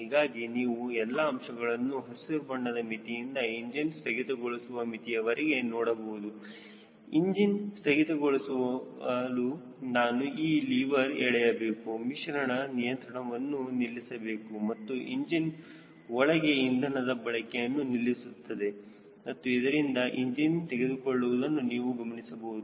ಹೀಗಾಗಿ ನೀವು ಎಲ್ಲಾ ಅಂಶಗಳನ್ನು ಹಸಿರುಬಣ್ಣದ ಮಿತಿಯಿಂದ ಇಂಜಿನ್ ಸ್ಥಗಿತಗೊಳಿಸುವ ಮಿತಿಯವರೆಗೆ ನೋಡಬಹುದು ಇಂಜಿನ್ ಸ್ಥಗಿತಗೊಳಿಸಲು ನಾನು ಈ ಲಿವರ್ ಎಳೆಯಬೇಕು ಮಿಶ್ರಣ ನಿಯಂತ್ರಣವನ್ನು ನಿಲ್ಲಿಸಬೇಕು ಅದು ಇಂಜಿನ್ ಒಳಗೆ ಇಂಧನ ಬಳಕೆಯನ್ನು ನಿಲ್ಲಿಸುತ್ತದೆ ಮತ್ತು ಇದರಿಂದ ಇಂಜಿನ್ ತೆಗೆದುಕೊಳ್ಳುವುದನ್ನು ನೀವು ಗಮನಿಸಬಹುದು